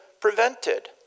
prevented